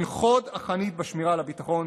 הן חוד החנית בשמירה על הביטחון.